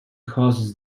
causes